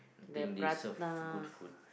think they serve good food